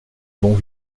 bon